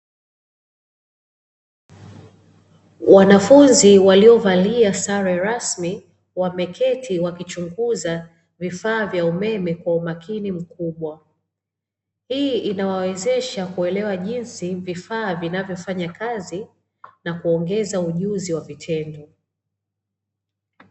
Wanafunzi waliovalia sare rasmi wameketi wakichunguza vifaa vya umeme kwa umakini mkubwa, hii inawawezesha kuelewa jinsi vifaa vinavyofanya kazi na kuongeza ujuzi wa vitendo.